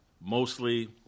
mostly